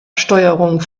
steuerung